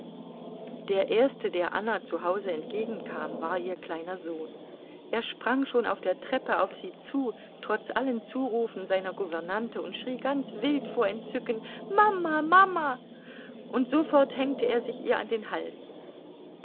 der erste der anna zu hause entgegenkam war ihr kleiner sohn er sprang schon auf der treppe auf sie zu trotz allen zurufen seiner gouvernante und schrie ganz wild vor entzücken mama mama und sofort hängte er sich ihr an den hals